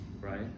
right